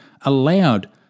allowed